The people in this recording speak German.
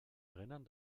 erinnern